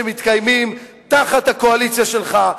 שמתקיימים תחת הקואליציה שלך,